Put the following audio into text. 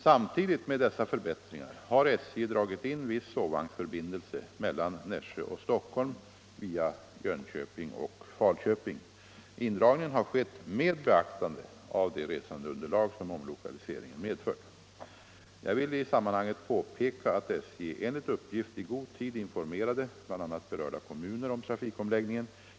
Samtidigt med dessa förbättringar har SJ dragit in viss sovvagnsförbindelse mellan Nässjö och Stockholm via Jönköping och Falköping. Indragningen har skett med beaktande av det resandeunderlag som omlokaliseringen medfört. Jag vill i sammanhanget påpeka att SJ enligt uppgift i god tid informerade bl.a. berörda kommuner om trafikomläggningen.